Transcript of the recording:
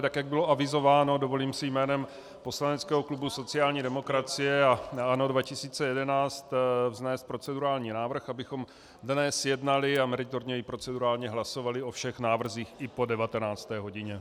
Tak jak bylo avizováno, dovolím si jménem poslaneckého klubu sociální demokracie a ANO 2011 vznést procedurální návrh, abychom dnes jednali a meritorně i procedurálně hlasovali o všech návrzích i po 19. hodině.